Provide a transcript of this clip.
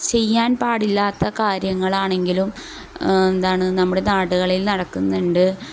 ചെയ്യാൻ പാടില്ലാത്ത കാര്യങ്ങളാണെങ്കിലും എന്താണ് നമ്മുടെ നാടുകളിൽ നടക്കുന്നുണ്ട്